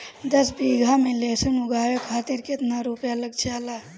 दस बीघा में लहसुन उगावे खातिर केतना रुपया लग जाले?